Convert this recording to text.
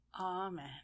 Amen